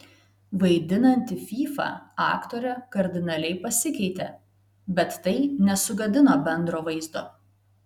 vaidinanti fyfą aktorė kardinaliai pasikeitė bet tai nesugadino bendro vaizdo